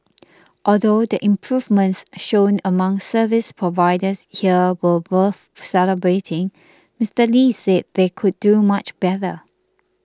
although the improvements shown among service providers here were worth celebrating Mister Lee said they can do much better